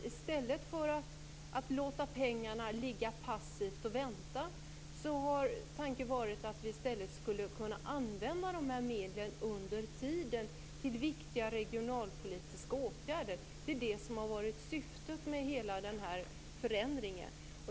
I stället för att låta pengarna ligga passivt och vänta har tanken varit att vi under tiden skulle kunna använda medlen till viktiga regionalpolitiska åtgärder. Det är det som har varit syftet med hela den här förändringen.